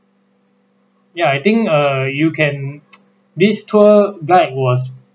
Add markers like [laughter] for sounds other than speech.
ya I think err you can [noise] this tour guide was